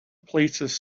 places